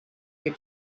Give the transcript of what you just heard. your